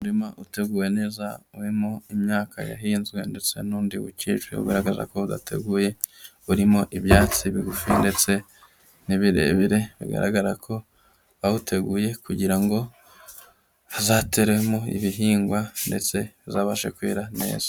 Umurima uteguwe neza urimo imyaka yahinzwe, ndetse n'undi uwukikije ugaragaza ko udateguye, urimo ibyatsi bigufi ndetse n'ibirebire. Bigaragara ko bawuteguye kugira ngo hazateremo ibihingwa ndetse uzabashe kwera neza.